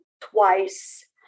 twice